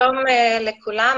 שלום לכולם.